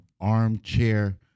armchair